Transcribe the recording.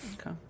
Okay